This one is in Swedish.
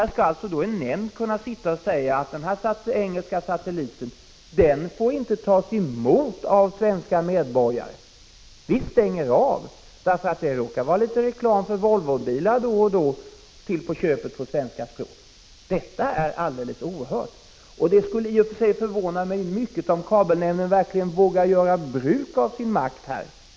Det är fantastiskt att en nämnd skall kunna säga att sändningar via t.ex. en engelsk satellit inte får tas emot av svenska medborgare — vi stänger av, säger man, eftersom det råkar vara litet reklam för Volvobilar då och då, till på köpet på svenska språket. Detta är oerhört. I och för sig skulle det dock förvåna mig mycket om kabelnämnden verkligen vågar göra bruk av sin makt i detta sammanhang.